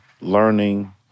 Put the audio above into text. learning